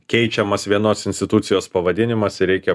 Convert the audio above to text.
keičiamas vienos institucijos pavadinimas ir reikia